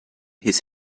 his